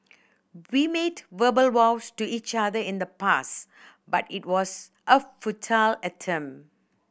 we made verbal vows to each other in the past but it was a futile attempt